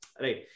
right